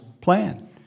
plan